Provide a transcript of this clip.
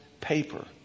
paper